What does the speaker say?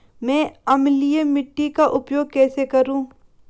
मैं अम्लीय मिट्टी का उपचार कैसे करूं?